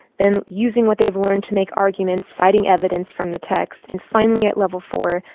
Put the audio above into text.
then using what they've learned to make arguments, citing evidence from the text. and finally at level four,